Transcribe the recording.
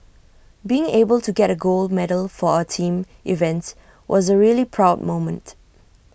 being able to get A gold medal for our team events was A really proud moment